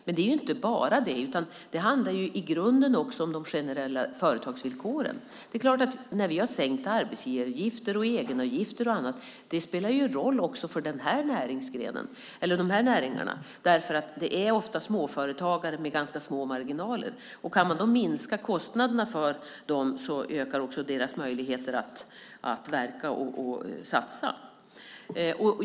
Men det är inte bara det. Det handlar i grunden också om de generella företagsvillkoren. Det är klart att när vi har sänkt arbetsgivaravgifter, egenavgifter och annat spelar det roll också för den här näringsgrenen och de här näringarna. Det är oftast småföretagare med ganska små marginaler. Kan man minska kostnaderna för dem ökar deras möjligheter att verka och satsa.